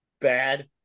bad